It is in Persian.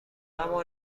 اما